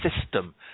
system